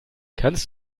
kannst